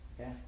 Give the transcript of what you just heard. Okay